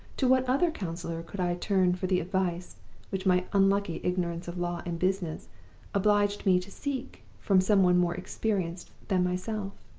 to what other counselor could i turn for the advice which my unlucky ignorance of law and business obliged me to seek from some one more experienced than myself?